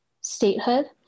statehood